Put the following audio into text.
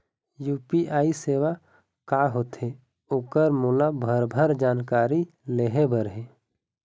UPI सेवा का होथे ओकर मोला भरभर जानकारी लेहे बर हे?